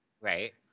Right